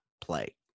play